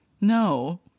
No